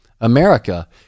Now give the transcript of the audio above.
America